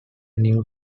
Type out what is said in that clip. new